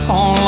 on